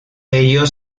ello